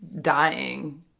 dying